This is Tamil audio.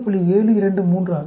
723 ஆக வரும்